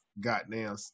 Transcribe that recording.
goddamn